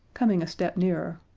coming a step nearer,